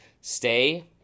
stay